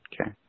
Okay